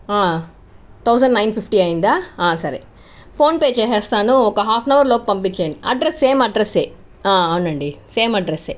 thousand nine fifty అయిందా సరే PhonePe చేసేస్తాను ఒక హాఫ్ అన్ అవర్ లోపు పంపించి వేయండి అడ్రస్ సేమ్ అడ్రసే అవునండి సేమ్ అడ్రసే